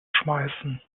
schmeißen